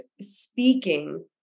speaking